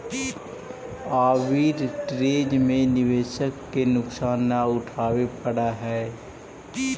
arbitrage में निवेशक के नुकसान न उठावे पड़ऽ है